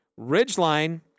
Ridgeline